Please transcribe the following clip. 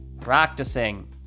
practicing